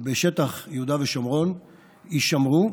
בשטחי יהודה ושומרון יישמרו,